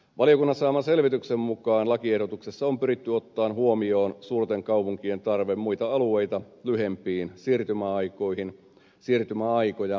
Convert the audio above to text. valiokunnan saaman selvityksen mukaan lakiehdotuksessa on pyritty ottamaan huomioon suurten kaupunkien tarve muita alueita lyhyempiin siirtymäaikoihin siirtymäaikoja porrastamalla